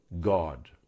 God